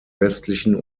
westlichen